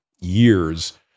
years